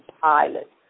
pilot